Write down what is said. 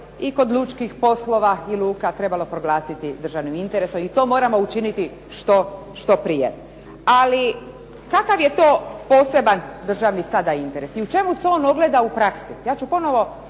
i kod lučkih poslova i luka trebalo proglasiti državnim interesom i to trebamo napraviti što prije. Ali kakav je to poseban državni sada interes i u čemu se on ogleda u praksi. Ja ću ponoviti